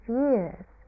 years